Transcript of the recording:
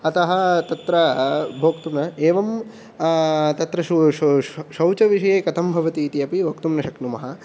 अतः तत्र भोक्तुम् एवं तत्र सु शौचविषये कथं भवति इति अपि वक्तुं न शक्नुमः